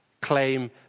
claim